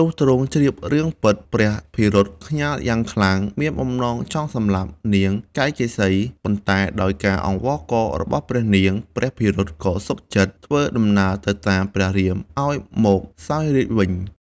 លុះទ្រង់ជ្រាប រឿងពិតព្រះភិរុតខ្ញាល់យ៉ាងខ្លាំង មានបំណងចង់សម្លាប់នាងកៃកេសី ប៉ុន្តែដោយការអង្វករ របស់ព្រះនាង ព្រះភិរុតក៏សុខចិត្តធ្វើដំណើរទៅតាមព្រះរាមឱ្យមកសោយរាជ្យវិញ។